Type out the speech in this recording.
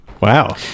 Wow